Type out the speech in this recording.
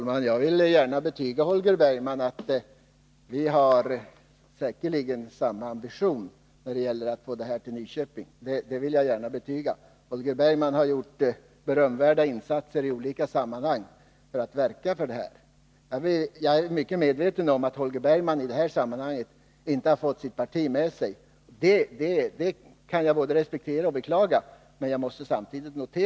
Herr talman! Holger Bergman och jag har säkerligen samma ambition när det gäller att få denna organisation lokaliserad till Nyköping. Holger Bergman har i olika sammanhang gjort berömvärda insatser härför. Jag är väl medveten om att han inte har fått sitt parti med sig, och det kan jag både respektera och beklaga. Men jag måste notera det.